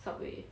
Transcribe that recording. subway